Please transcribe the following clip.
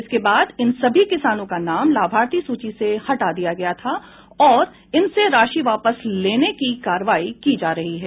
इसके बाद इन सभी किसानों का नाम लाभार्थी सूची से हटा दिया गया था और इनसे राशि वापस लेने की कार्रवाई की जा रही है